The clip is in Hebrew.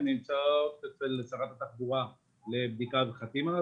הן נמצאות אצל שרת התחבורה לבדיקה וחתימה.